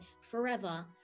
forever